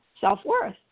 self-worth